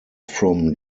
from